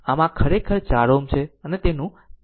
આમ આ ખરેખર 4 Ω છે અને અહીં તેનું 5 10 છે